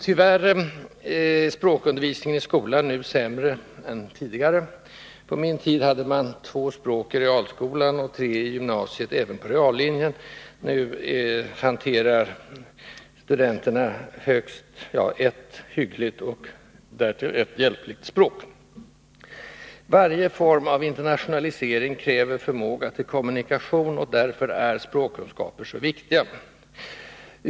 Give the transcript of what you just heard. Tyvärr är språkundervisningen i skolan nu sämre än tidigare. På min tid hade man två språk i realskolan och tre i gymnasiet även på reallinjen. Nu behärskar studenterna högst ett språk hyggligt och därtill hjälpligt ytterligare ett. Varje form av internationalisering kräver förmåga till kommunikation, och därför är språkkunskaper så viktiga.